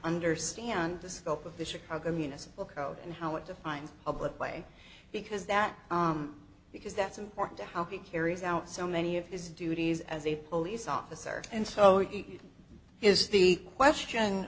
understand the scope of the chicago municipal code and how it defines public play because that because that's important to how he carries out so many of his duties as a police officer and so he is the question